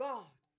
God